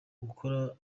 gukora